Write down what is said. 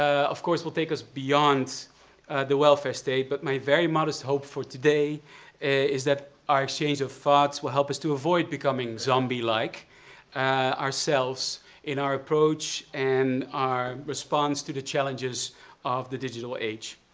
of course, will take us beyond the welfare state, but my very modest hope for today is that our exchange of thoughts will help us to avoid becoming zombie-like ourselves in our approach and our response to the challenges of the digital age.